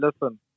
listen